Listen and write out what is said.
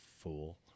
fool